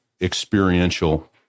experiential